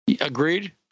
Agreed